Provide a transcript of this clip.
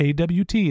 awt